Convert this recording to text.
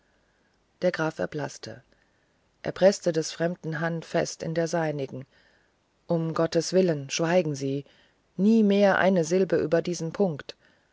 der graf erblaßte er preßte des fremden hand fest in der seinigen um gottes willen schweigen sie nie mehr eine silbe über diesen punkt